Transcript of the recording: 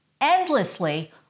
endlessly